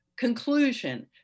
Conclusion